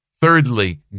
Thirdly